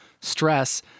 stress